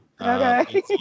Okay